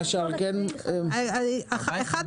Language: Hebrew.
סעיף